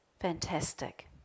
Fantastic